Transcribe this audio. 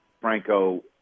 Franco